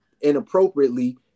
inappropriately